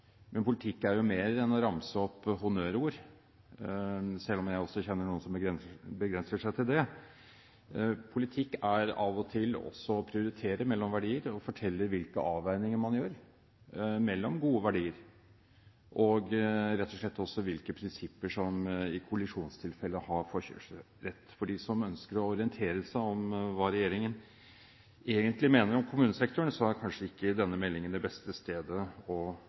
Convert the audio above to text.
Men politikk er jo mer enn å ramse opp honnørord, selv om jeg også kjenner noen som begrenser seg til det. Politikk er av og til også å prioritere mellom verdier, å fortelle hvilke avveininger man gjør mellom gode verdier, og rett og slett også hvilke prinsipper som i kollisjonstilfeller har forkjørsrett. For dem som ønsker å orientere seg om hva regjeringen egentlig mener om kommunesektoren, er kanskje ikke denne meldingen det beste stedet å